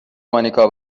مانیکا